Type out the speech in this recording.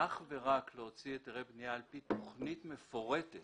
אך ורק להוציא היתרי בנייה על פי תכנית מפורטת